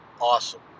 awesome